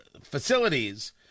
facilities